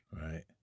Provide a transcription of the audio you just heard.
Right